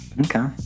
Okay